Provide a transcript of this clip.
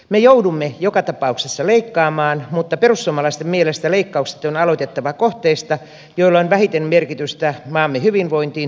me joudumme joka tapauksessa leikkaamaan mutta perussuomalaisten mielestä leikkaukset on aloitettava kohteista joilla on vähiten merkitystä maamme hyvinvoinnille työllisyydelle ja kilpailukyvylle